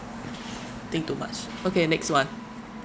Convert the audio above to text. think too much okay next one